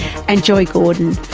and joy gordon,